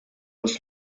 als